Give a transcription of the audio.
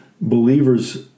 believers